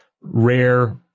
rare